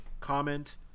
comment